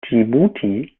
dschibuti